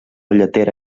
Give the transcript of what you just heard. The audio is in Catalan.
lletera